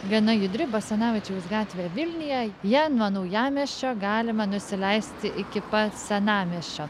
gana judri basanavičiaus gatvė vilniuje ja nuo naujamiesčio galima nusileisti iki pat senamiesčio